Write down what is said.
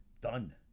done